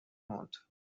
موند